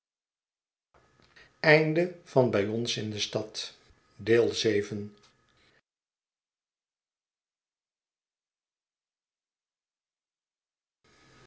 bij ons in de stad